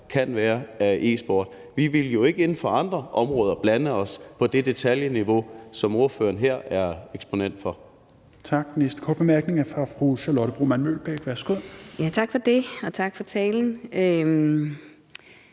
kan være i e-sport. Vi ville jo ikke inden for andre områder blande os på det detaljeniveau, som ordføreren her er eksponent for.